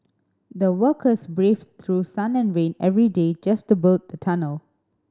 the workers braved through sun and rain every day just to build the tunnel